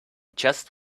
just